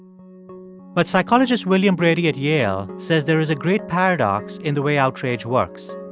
but psychologist william brady at yale says there is a great paradox in the way outrage works.